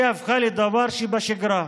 היא הפכה לדבר שבשגרה,